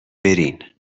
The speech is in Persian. برین